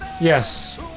Yes